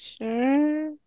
sure